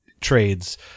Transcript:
trades